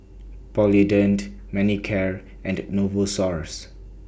Polident Manicare and Novosource